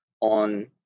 on